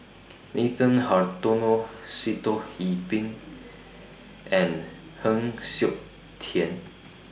Nathan Hartono Sitoh Yih Pin and Heng Siok Tian